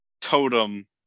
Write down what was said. totem